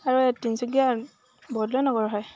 আৰু এই তিনিচুকীয়া বৰদলৈ নগৰ হয়